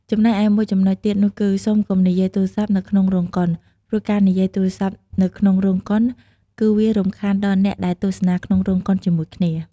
ចំណែកឯមួយចំនុចទៀតនោះគឺ សូមកុំនិយាយទូរស័ព្ទនៅក្នុងរោងកុន ព្រោះការនិយាយទូរស័ព្ទនៅក្នុងរោងកុន គឺវារំខានដល់អ្នកដែលទស្សនាក្នុងរោងកុនជាមួយគ្នា។